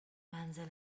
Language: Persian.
منزل